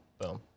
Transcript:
Boom